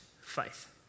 faith